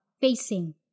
facing